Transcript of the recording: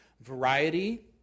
variety